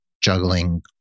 juggling